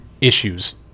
issues